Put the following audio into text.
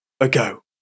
ago